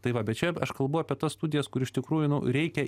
tai va bet čia aš kalbu apie tas studijas kur iš tikrųjų nu reikia